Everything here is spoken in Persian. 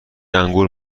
انگور